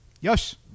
Yes